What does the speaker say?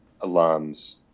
alums